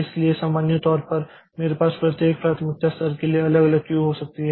इसलिए सामान्य तौर पर मेरे पास प्रत्येक प्राथमिकता स्तर के लिए अलग क्यू हो सकती है